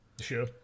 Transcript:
Sure